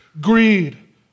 greed